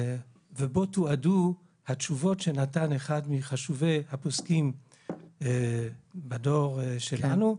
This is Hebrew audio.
ובו תועדו התשובות שנתן אחד מחשובי הפוסקים בדור שלנו,